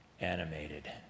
animated